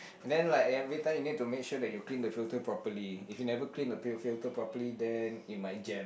then like every time you need to make sure that you clean the filter properly if you never clean the filter properly then it might jam